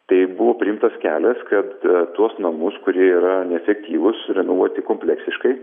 tai buvo priimtas kelias kad tuos namus kurie yra neefektyvūs renovuoti kompleksiškai